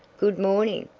good morning!